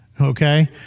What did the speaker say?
Okay